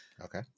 Okay